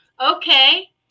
Okay